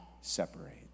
separate